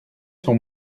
son